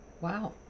Wow